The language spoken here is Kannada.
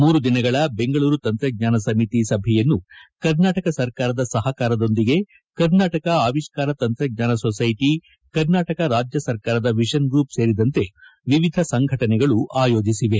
ಮೂರು ದಿನಗಳ ಬೆಂಗಳೂರು ತಂತ್ರಜ್ಞಾನ ಸಮಿತಿ ಸಭೆಯನ್ನು ಕರ್ನಾಟಕ ಸರ್ಕಾರದ ಸಹಕಾರದೊಂದಿಗೆ ಕರ್ನಾಟಕ ಆವಿಷ್ಕಾರ ತಂತ್ರಜ್ಞಾನ ಸೊಸೈಟಿ ಕರ್ನಾಟಕ ರಾಜ್ಯ ಸರ್ಕಾರದ ವಿಷನ್ ಗ್ರೂಪ್ ಸೇರಿದಂತೆ ವಿವಿಧ ಸಂಘಟನೆಗಳು ಆಯೋಜಿಸಿವೆ